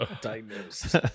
Diagnosed